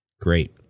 Great